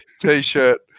t-shirt